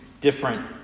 different